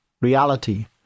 reality